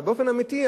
אבל באופן אמיתי,